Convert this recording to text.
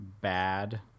bad